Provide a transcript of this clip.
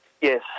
Yes